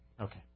Okay